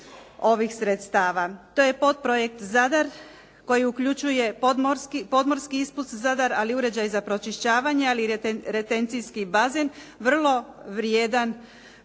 To je podprojekt Zadar koji uključuje podmorski ispust Zadar ali i uređaj za pročišćavanje ali i retencijski bazen, vrlo vrijedan